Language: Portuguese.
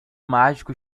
mágico